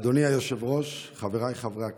אדוני היושב-ראש, חבריי חברי הכנסת,